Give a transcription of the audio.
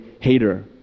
hater